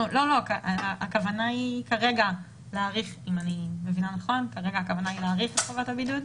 הכוונה היא כרגע להאריך את חובת הבידוד.